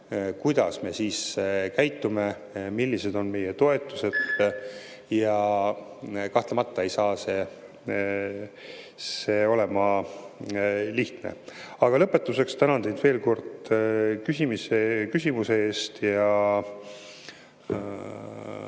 kuidas me käitume, millised on meie toetused. Ja kahtlemata ei saa see olema lihtne. Aga lõpetuseks tänan teid veel kord küsimuse eest.